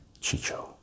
Chicho